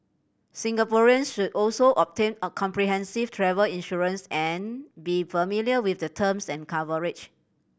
Singaporeans should also obtain a comprehensive travel insurance and be familiar with the terms and coverage